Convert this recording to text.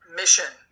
mission